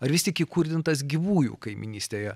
ar vis tik įkurdintas gyvųjų kaimynystėje